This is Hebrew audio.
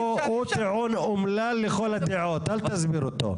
הוא טיעון אומלל לכל הדעות, אל תסביר אותו.